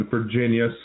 Virginia